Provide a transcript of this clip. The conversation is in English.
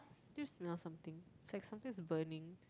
did you smell something it's like something is burning